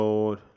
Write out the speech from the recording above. Lord